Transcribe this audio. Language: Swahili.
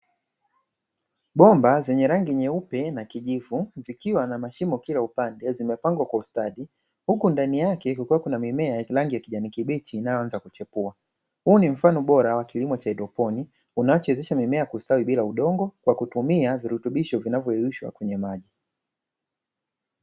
Bomba zenye rangi nyeupe na kijivu zikiwa na mashimo kila upande zimepangwa kwa ustadi, huku ndani yake kulikuwa kuna mimea rangi ya kijani kibichi inayoanza kuchepua. Huu ni mfano bora wa kilimo cha haidroponi unaachezesha mimea kustawi bila udongo kwa kutumia virutubisho vinavyozalishwa kwenye maji.